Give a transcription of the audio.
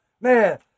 Man